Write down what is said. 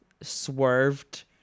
swerved